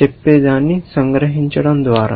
చెప్పేదాన్ని సంగ్రహించడం ద్వారా